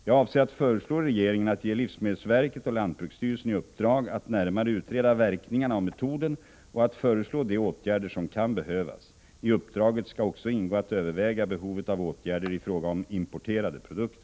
Jag avser att föreslå regeringen att ge livsmedelsverket och lantbruksstyrelsen i uppdrag att närmare utreda verkningarna av metoden och att föreslå de åtgärder som kan behövas. I uppdraget skall också ingå att överväga behovet av åtgärder i fråga om importerade produkter.